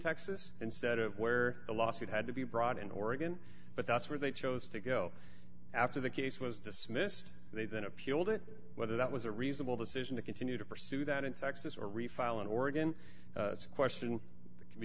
texas instead of where the lawsuit had to be brought in oregon but that's where they chose to go after the case was dismissed they'd been appealed it whether that was a reasonable decision to continue to pursue that in texas or refile in oregon a question can be